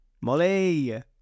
Molly